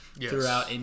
throughout